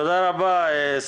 תודה רבה,